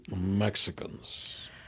Mexicans